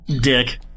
Dick